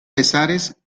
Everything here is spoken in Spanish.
pesares